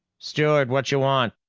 steward. whatcha want?